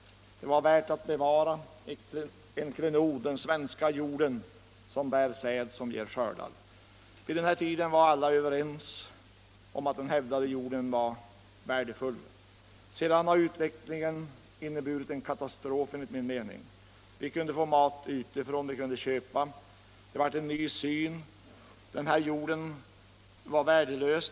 Detta var värt att bevara, en klenod — den svenska jorden, som bär säd, som ger skördar. Vid denna tid var alla överens om att den hävdade jorden var värdefull. Sedan har utvecklingen enligt min mening inneburit en katastrof. Vi kunde få mat utifrån, vi kunde köpa. Jorden vart billig, nästan värdelös.